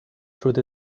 through